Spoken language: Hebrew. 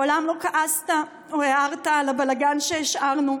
מעולם לא כעסת או הערת על הבלגן שהשארנו,